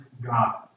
God